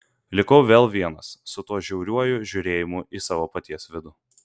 likau vėl vienas su tuo žiauriuoju žiūrėjimu į savo paties vidų